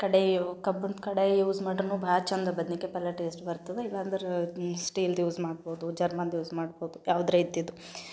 ಕಡಾಯಿ ಕಬ್ಬಿಣ್ದು ಕಡಾಯಿ ಯೂಸ್ ಮಾಡ್ರೂ ಭಾಳ ಚಂದ ಬದ್ನಿಕಾಯಿ ಪಲ್ಯ ಟೇಸ್ಟ್ ಬರ್ತದೆ ಇಲ್ಲಾಂದ್ರೆ ಸ್ಟೀಲ್ದು ಯೂಸ್ ಮಾಡ್ಬೌದು ಜರ್ಮನ್ದು ಯೂಸ್ ಮಾಡ್ಬೌದು ಯಾವ್ದರ ಇದ್ದಿದ್ದು